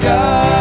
God